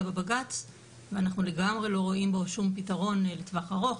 בבג"צ ואנחנו לגמרי לא רואים בו שום פתרון לטווח ארוך.